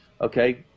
Okay